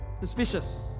Suspicious